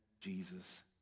Jesus